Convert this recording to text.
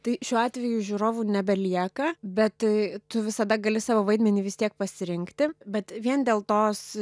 tai šiuo atveju žiūrovų nebelieka bet tu visada gali savo vaidmenį vis tiek pasirinkti bet vien dėl tos